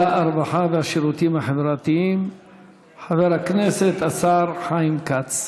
הרווחה והשירותים החברתיים חבר הכנסת השר חיים כץ.